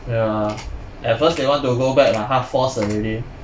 ya at first they want to go back but half force already